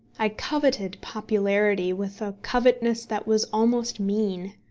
i coveted popularity with a covetousness that was almost mean.